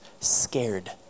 scared